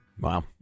Wow